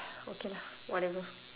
okay lah whatever